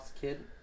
kid